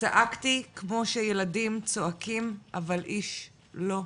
"צעקתי כמו שילדים צועקים אבל איש לא ראה."